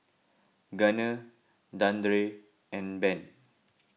Gunner Dandre and Ben